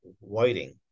Whiting